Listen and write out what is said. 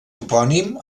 topònim